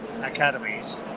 academies